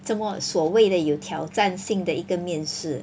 这么所谓的有挑战性的一个面试